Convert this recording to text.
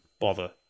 bother